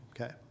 Okay